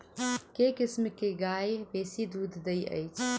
केँ किसिम केँ गाय बेसी दुध दइ अछि?